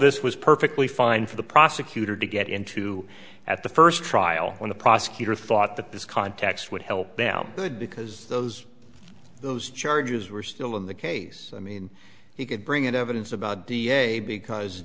this was perfectly fine for the prosecutor to get into at the first trial when the prosecutor thought that this context would help them good because those those charges were still in the case i mean he could bring in evidence about d n a because